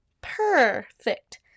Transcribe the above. perfect